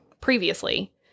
previously